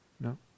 No